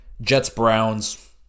Jets-Browns